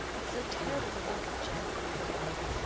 it's so terrible to think of jem, pleaded rilla.